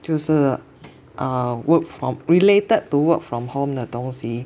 就是 um work from related to work from home 的东西